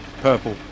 Purple